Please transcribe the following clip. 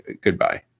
goodbye